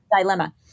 dilemma